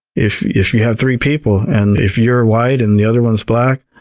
if if you have three people, and if you're white and the other one's black,